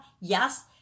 yes